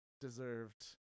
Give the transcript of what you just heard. deserved